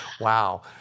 Wow